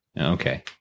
Okay